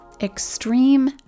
extreme